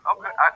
Okay